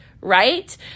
right